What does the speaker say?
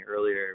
earlier